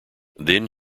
then